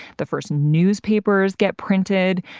the first newspapers get printed.